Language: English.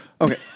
Okay